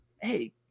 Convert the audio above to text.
hey